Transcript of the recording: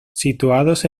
situados